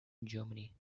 germany